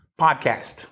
podcast